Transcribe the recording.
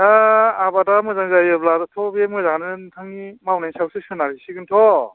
दा आबादा मोजां जायोब्लाथ' बे मोजाङानो नोंथांनि मावनायनि सायावसो सोनार हैसिगोन्थ'